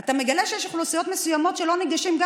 אתה מגלה שיש אוכלוסיות מסוימות שלא ניגשות,